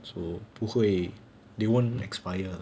so 不会 they don't expire lah